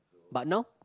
but now